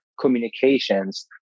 communications